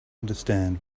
understand